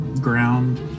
ground